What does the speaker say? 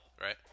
Right